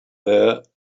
there